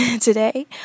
today